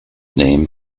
name